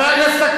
מה אתה מדבר?